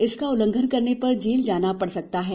इसका उल्लंघन करने पर जेल जाना पड़ सकता है